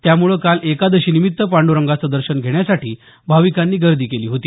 त्यामुळे काल एकादशीनिमित्त पांडरंगाचं दर्शन घेण्यासाठी भाविकांनी गर्दी केली होती